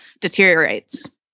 deteriorates